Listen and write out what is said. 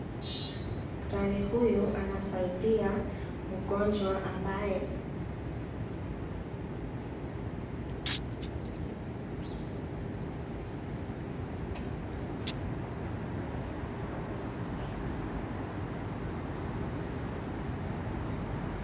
Daktari huyu anasaidia mgonjwa ambaye ana upungufu wa kutembea. Anamsaidia ili aweze kupata kutembea. Hii inasaidia watu ambao wanashida mbalimbali za mwili au upungufu.